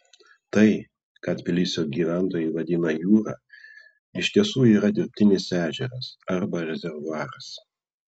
tai ką tbilisio gyventojai vadina jūra iš tiesų yra dirbtinis ežeras arba rezervuaras